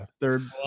Third